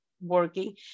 working